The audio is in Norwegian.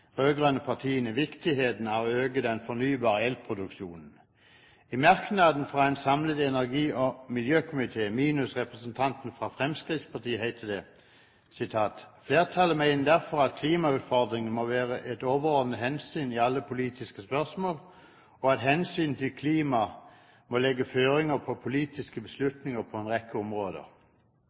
partiene viktigheten av å øke den fornybare elproduksjonen. I merknaden fra en samlet energi- og miljøkomité, minus representantene fra Fremskrittspartiet, heter det: «Flertallet mener derfor at klimautfordringen må være et overordnet hensyn i alle politiske spørsmål, og at hensynet til klima må legge føringer på politiske beslutninger på en rekke områder.»